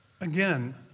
again